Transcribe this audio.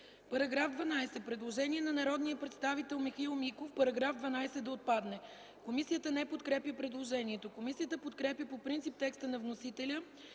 ФИДОСОВА: Предложение на народния представител Михаил Миков –§ 17 да отпадне. Комисията не подкрепя предложението. Комисията подкрепя по принцип текста на вносителя